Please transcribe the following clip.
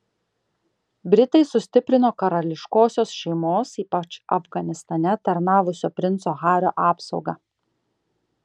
britai sustiprino karališkosios šeimos ypač afganistane tarnavusio princo hario apsaugą